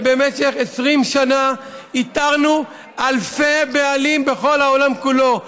ובמשך 20 שנה איתרנו אלפי בעלים בכל העולם כולו: